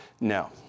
no